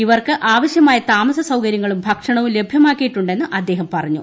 ഇവർക്ക് ആവശ്യമായ താമസസൌകര്യങ്ങളും ഭക്ഷണവും ലഭൃമാക്കിയിട്ടുണ്ടെന്ന് അദ്ദേഹം പറഞ്ഞു